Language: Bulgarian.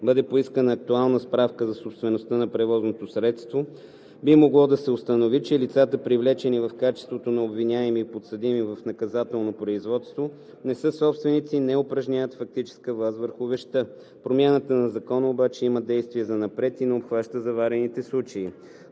бъде поискана актуална справка за собствеността на превозното средство, лесно би могло да се установи, че лицата, привлечени в качеството на обвиняеми и подсъдими в наказателното производство, не са собственици и не упражняват фактическа власт върху вещта. Промяната на Закона обаче има действие занапред и не обхваща заварените случаи.